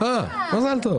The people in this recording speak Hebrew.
עוד חודש,